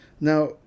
now